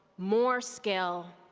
more skill,